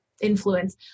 influence